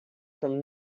from